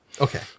Okay